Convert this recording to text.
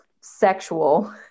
sexual